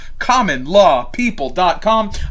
commonlawpeople.com